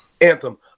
anthem